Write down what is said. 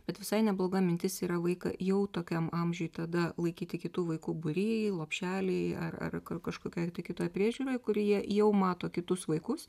bet visai nebloga mintis yra vaiką jau tokiam amžiui tada laikyti kitų vaikų būry lopšely ar ar kažkokioj tai kitoj priežiūroj kur jie jau mato kitus vaikus